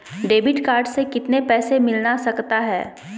Debit card से कितने पैसे मिलना सकता हैं?